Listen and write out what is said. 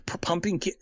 pumping